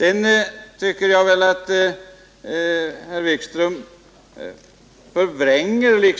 Jag tycker att herr Wikström förvränger